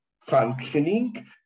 functioning